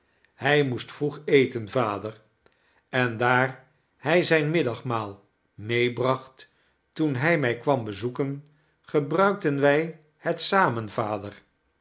hij moest vroeg eten vader en daar hij zijn middagmaal meebracht toen hij mij kwam bezoeken gebruikten wij het samen vader